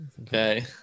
okay